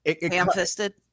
Ham-fisted